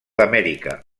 amèrica